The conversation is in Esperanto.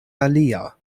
alia